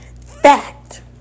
Fact